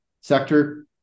sector